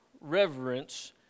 reverence